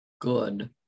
good